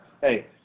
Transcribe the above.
hey